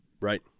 Right